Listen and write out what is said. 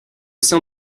sein